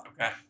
Okay